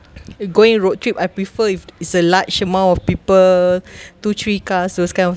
going road trip I prefer if is a large amount of people two three cars those kind of